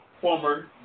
former